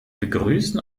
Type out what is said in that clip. begrüßen